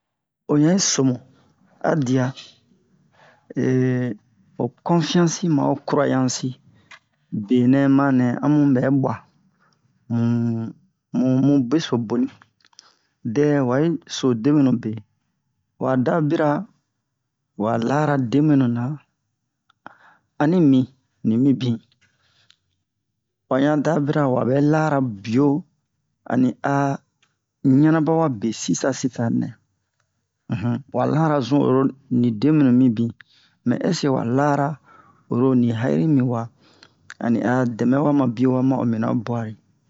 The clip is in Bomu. o ɲan yi so mu a diya ho konsiyansi ma ho curanyansi benɛ ma nɛ amu ɓɛ ɓwa mu mu mu beso boni dɛ wa yi so deɓwenu be wa da bira wa lara deɓwenu na ani mi ni mibin wa ɲan da bira wa ɓɛ lara biyo ani a ɲanabɔ wa be sisa-sisa nɛ um wa lara zun oro ni deɓwenu mibin mɛ ɛseke wa lara oro ni ha'iri mi wa ani a dɛmɛ wa ma biye wa ma'o mina bwa-re